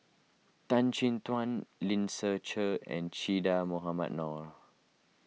Tan Chin Tuan Lim Ser Cher and Che Dah Mohamed Noor